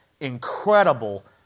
incredible